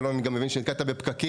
אלון, אני מבין שגם נתקעת בפקקים.